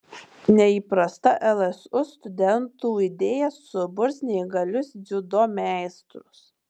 neįprasta lsu studentų idėja suburs neįgalius dziudo meistrus